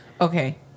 Okay